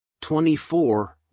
24